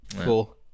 cool